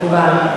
מקובל.